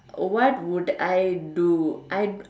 what would I do I